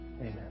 amen